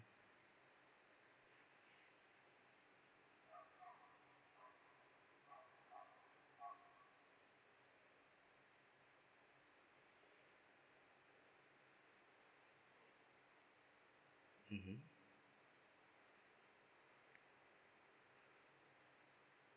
mmhmm